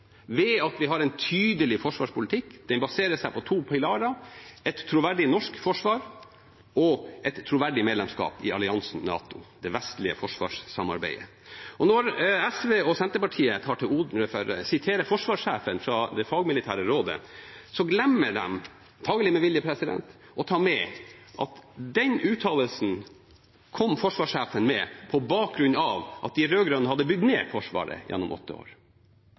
ved at vi har hatt en tydelig forsvarspolitikk. Den baserer seg på to pilarer: et troverdig norsk forsvar og et troverdig medlemskap i alliansen NATO, det vestlige forsvarssamarbeidet. Når SV og Senterpartiet siterer forsvarssjefen fra det fagmilitære rådet, glemmer de – antakelig med vilje – å ta med at den uttalelsen kom forsvarssjefen med på bakgrunn av at de rød-grønne hadde bygd ned Forsvaret gjennom åtte år.